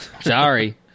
sorry